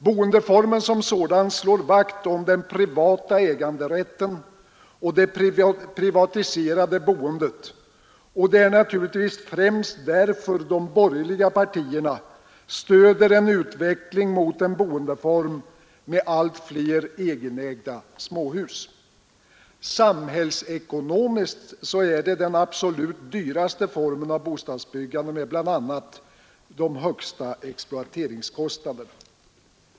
Boendeformen som sådan slår vakt om den privata äganderätten och det privatiserade boendet, och det är naturligtvis främst därför de borgerliga partierna stöder en utveckling mot en boendeform med fler egenägda småhus. Sam hällsekonomiskt är det den absolut dyraste formen av bostadsbyggande med bl.a. de högsta exploateringskostnaderna.